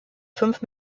fünf